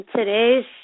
Today's